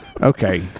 Okay